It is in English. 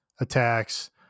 attacks